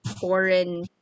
foreign